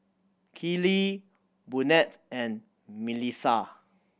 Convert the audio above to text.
Keely Burnett and Milissa